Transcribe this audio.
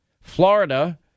Florida